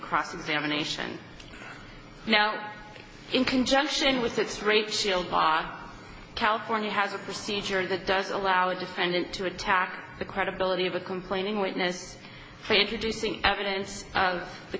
cross examination now in conjunction with its rape shield law california has a procedure that does allow a defendant to attack the credibility of the complaining witness for introducing evidence of the